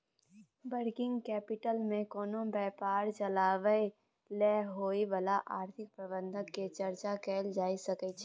working capital मे कोनो व्यापार चलाबय लेल होइ बला आर्थिक प्रबंधन केर चर्चा कएल जाए सकइ छै